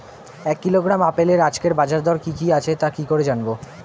এক কিলোগ্রাম আপেলের আজকের বাজার দর কি কি আছে কি করে জানবো?